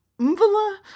Mvula